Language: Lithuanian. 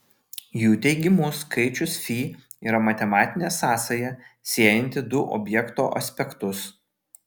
jų teigimu skaičius fi yra matematinė sąsaja siejanti du objekto aspektus